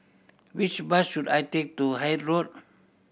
which bus should I take to Hythe Road